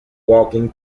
walking